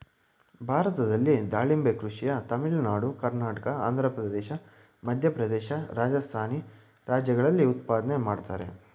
ಭಾರತದಲ್ಲಿ ದಾಳಿಂಬೆ ಕೃಷಿಯ ತಮಿಳುನಾಡು ಕರ್ನಾಟಕ ಆಂಧ್ರಪ್ರದೇಶ ಮಧ್ಯಪ್ರದೇಶ ರಾಜಸ್ಥಾನಿ ರಾಜ್ಯಗಳಲ್ಲಿ ಉತ್ಪಾದನೆ ಮಾಡ್ತರೆ